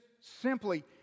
simply